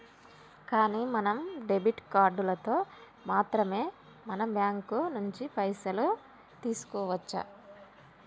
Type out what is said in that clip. కానీ మనం డెబిట్ కార్డులతో మాత్రమే మన బ్యాంకు నుంచి పైసలు తీసుకోవచ్చు